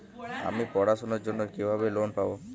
আমি পড়াশোনার জন্য কিভাবে লোন পাব?